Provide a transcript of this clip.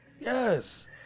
Yes